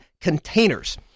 containers